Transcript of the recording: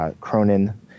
Cronin